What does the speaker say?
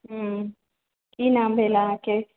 हूँ कि नाम भेल अहाँके